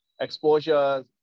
exposure